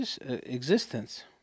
existence